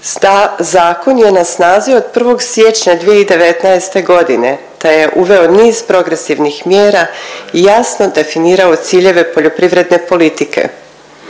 Zakon je na snazi od 1. siječnja 2019. godine te je uveo niz progresivnih mjera i jasno definirao ciljeve poljoprivredne politike.